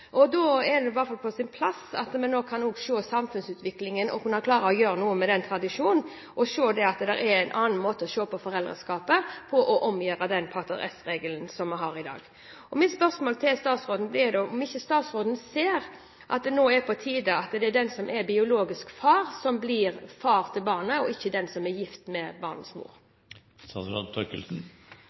Da er det på sin plass at vi ser på samfunnsutviklingen og klarer å gjøre noe med den tradisjonen, og ser på foreldreskapet på en annen måte for å kunne omgjøre den pater est-regelen vi har i dag. Mitt spørsmål til statsråden blir da: Ser ikke statsråden at det nå er på tide at man ser på den biologiske far og ikke den som er gift med barnets mor, som far til barnet? Dette spørsmålet har vi hatt på høring. Alle unntatt én mente at vi burde beholde den regelen. Det er